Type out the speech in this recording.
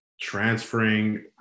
transferring